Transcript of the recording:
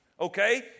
okay